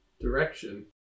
direction